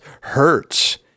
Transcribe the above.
hurts